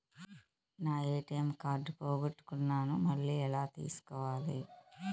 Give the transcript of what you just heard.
నా ATM card పోగొట్టుకున్నాను, మళ్ళీ ఎలా తీసుకోవాలి?